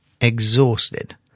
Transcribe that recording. exhausted